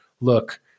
look